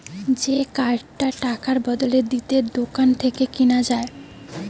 যে কার্ডটা টাকার বদলে দিলে দোকান থেকে কিনা যায়